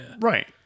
Right